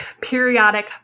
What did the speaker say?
periodic